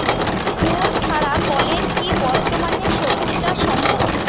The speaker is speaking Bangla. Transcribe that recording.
কুয়োর ছাড়া কলের কি বর্তমানে শ্বজিচাষ সম্ভব?